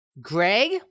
Greg